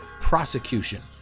prosecution